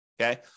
Okay